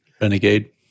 renegade